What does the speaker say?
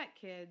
kids